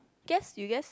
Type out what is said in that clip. guess you guess